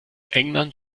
england